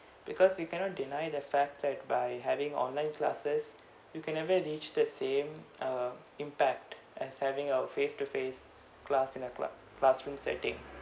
because we cannot deny the fact that by having online classes you can never reach the same uh impact as having our face-to-face class in a cla~ classroom setting